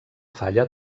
falla